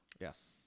Yes